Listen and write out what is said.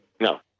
No